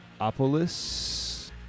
Opolis